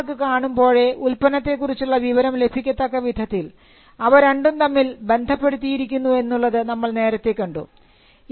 trade mark കാണുമ്പോഴേ ഉൽപ്പന്നത്തെ കുറിച്ചുള്ള വിവരം ലഭിക്കത്തക്ക വിധത്തിൽ അവ രണ്ടും തമ്മിൽ ബന്ധപ്പെടുത്തിയിരിക്കുന്നു എന്നുള്ളത് നമ്മൾ നേരത്തെ കണ്ടു